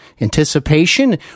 anticipation